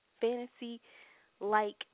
fantasy-like